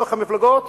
בתוך המפלגות,